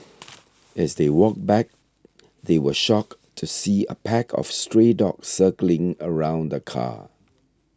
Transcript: as they walked back they were shocked to see a pack of stray dogs circling around the car